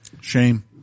Shame